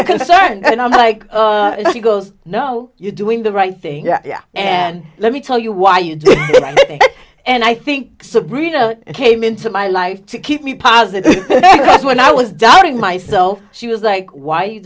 very concerned and i'm like oh she goes no you're doing the right thing and let me tell you why you did it and i think sabrina came into my life to keep me positive when i was doubting myself she was like why you